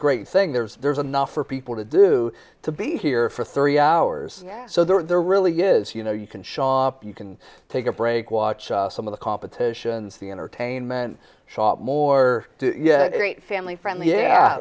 great thing there's there's enough for people to do to be here for three hours so there really is you know you can you can take a break watch some of the competitions the entertainment shot more family friendly yeah